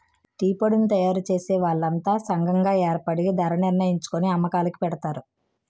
టీపొడిని తయారుచేసే వాళ్లంతా సంగం గాయేర్పడి ధరణిర్ణించుకొని అమ్మకాలుకి పెడతారు